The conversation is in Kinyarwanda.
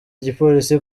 igipolisi